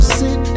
sit